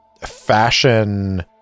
fashion